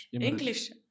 English